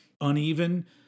uneven